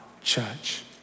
church